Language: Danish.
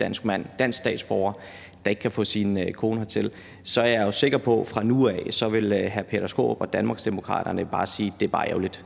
dansk mand, en dansk statsborger, der ikke kan få sin kone hertil, er jeg jo sikker på fra nu af, at så vil hr. Peter Skaarup og Danmarksdemokraterne sige, at det bare er ærgerligt